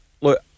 look